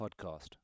Podcast